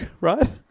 right